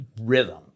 rhythm